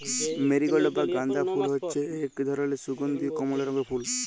marigold বা গাঁদা ফুল হচ্যে এক ধরলের সুগন্ধীয় কমলা রঙের ফুল